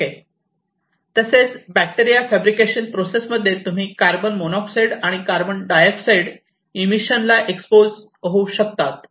okay तसेच bacteria fabrication process मध्ये तुम्ही कार्बन मोनॉक्साईड आणि कार्बन डायऑक्साईड ईमिशनला एक्सपोज होऊ शकतात